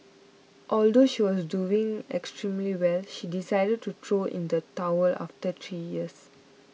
although she was doing extremely well she decided to throw in the towel after three years